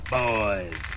boys